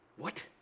what.